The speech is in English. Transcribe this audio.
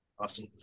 Awesome